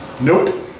Nope